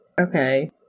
Okay